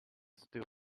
still